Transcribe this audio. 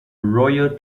royal